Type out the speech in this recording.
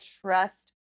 trust